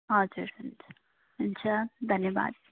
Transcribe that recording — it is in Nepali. हजुर हुन्छ हुन्छ धन्यवाद